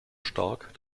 stark